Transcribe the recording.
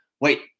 wait